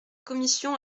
commission